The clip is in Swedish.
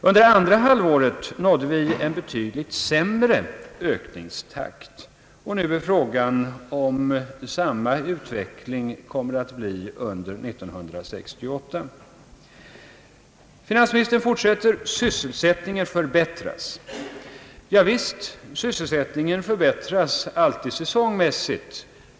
Under andra halvåret nådde vi en betydligt sämre ökningstakt, och nu är frågan om utvecklingen kommer att bli densamma under år 1968. » Sysselsättningen förbättras», fort sätter finansministern. Javisst, sysselsättningen förbättras alltid säsongmässigt.